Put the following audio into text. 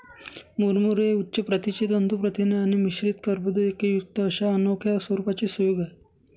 मुरमुरे हे उच्च प्रतीचे तंतू प्रथिने आणि मिश्रित कर्बोदकेयुक्त अशा अनोख्या स्वरूपाचे संयोग आहे